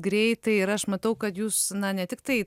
greitai ir aš matau kad jūs na ne tiktai